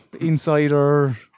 insider